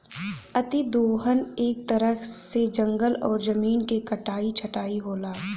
अति दोहन एक तरह से जंगल और जमीन क कटाई छटाई होला